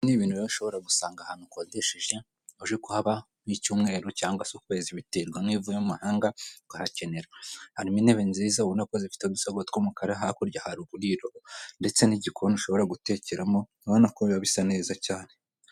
Ibi ni ibintu rero ushobora gusanga ahantu ukodesheje uje kuhaba nk'icyumweru cyangwa se ukwezi biterwa nkiyo uvuye mu mahanga ukahakenera , harimo intebe nziza ubona ko zifiite udusego tw'umukara hakurya hari uburiro ndetse n'igikoni ushobora gutekeramo urabona ko biba bisa neza cyane.